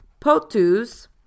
Potus